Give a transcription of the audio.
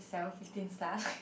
seven fifteen star